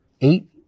eight